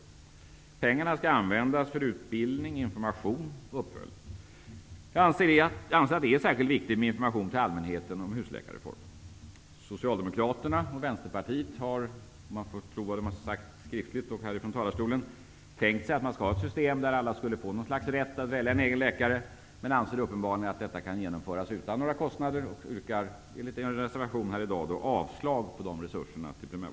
Pengarna skall användas för utbildning, information och uppföljning. Jag anser att det är särskilt viktigt med informationen till allmänheten om husläkarreformen. Socialdemokraterna och Vänsterpartiet har, om man får tro vad de sagt skriftligt och här ifrån talarstolen, tänkt sig att man skall ha ett system där alla skall få något slags rätt att välja en egen läkare, men anser uppenbarligen att detta kan genomföras utan några kostnader. Enligt en reservation här i dag yrkar de avslag på dessa resurser till primärvården.